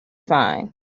fine